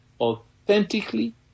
authentically